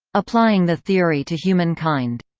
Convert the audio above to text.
applying the theory to humankind.